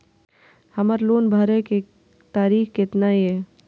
हमर लोन भरे के तारीख केतना ये?